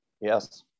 Yes